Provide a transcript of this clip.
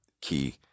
key